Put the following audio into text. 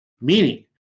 meaning